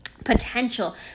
potential